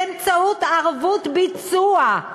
באמצעות ערבות ביצוע,